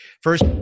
First